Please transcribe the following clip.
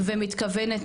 ומתכוונת